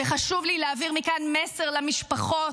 וחשוב לי להעביר מכאן מסר למשפחות,